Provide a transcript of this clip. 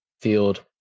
field